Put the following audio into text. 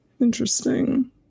Interesting